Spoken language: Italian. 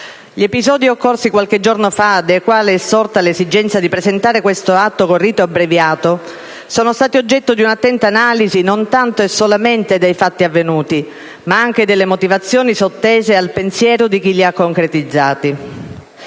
Gli episodi occorsi qualche giorno fa, dai quali è sorta l'esigenza di presentare questo atto con rito abbreviato, sono stati oggetto di un'attenta analisi non tanto e solamente dei fatti avvenuti, ma anche delle motivazioni sottese al pensiero di chi li ha concretizzati.